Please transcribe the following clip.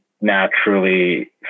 naturally